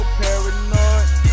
paranoid